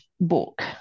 book